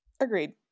Agreed